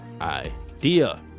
idea